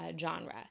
genre